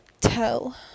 tell